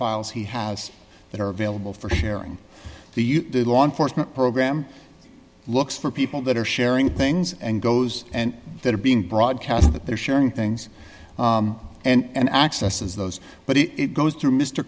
files he has that are available for sharing the use the law enforcement program looks for people that are sharing things and goes and that are being broadcast that they're sharing things and accesses those but if it goes through mr